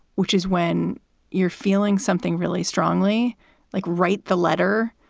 which is when you're feeling something really strongly like write the letter,